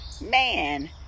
man